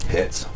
Hits